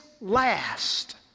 last